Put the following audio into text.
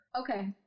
okay